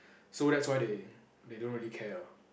so that's why they they don't really care ah